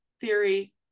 theory